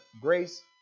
Grace